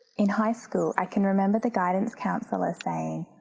in high school i can remember the guidance counsellor saying,